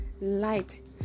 light